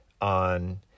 on